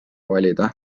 valida